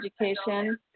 education